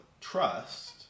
trust